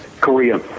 korea